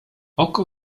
oko